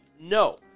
no